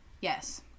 Yes